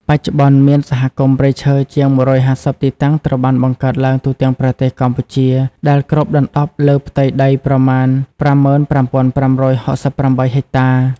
បច្ចុប្បន្ន មានសហគមន៍ព្រៃឈើជាង ១៥០ ទីតាំងត្រូវបានបង្កើតឡើងទូទាំងប្រទេសកម្ពុជា ដែលគ្របដណ្ដប់លើផ្ទៃដីប្រមាណ ៥៥,៥៦៨ ហិកតា។